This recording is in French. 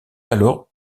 alors